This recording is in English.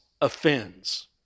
offends